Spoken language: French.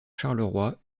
charleroi